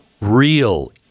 real